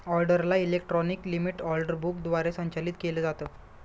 ऑर्डरला electronic limit order book द्वारे संचालित केलं जातं